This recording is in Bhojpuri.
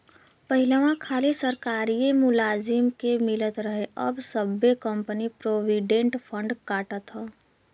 पहिलवा खाली सरकारिए मुलाजिम के मिलत रहे अब सब्बे कंपनी प्रोविडेंट फ़ंड काटत हौ